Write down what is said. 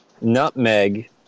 nutmeg